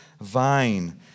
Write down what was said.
vine